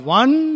one